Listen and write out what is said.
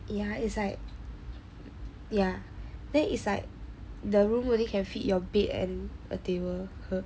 ya it's like ya then is like the room can fit your bed and a table